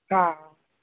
हा